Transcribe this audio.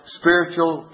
spiritual